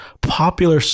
Popular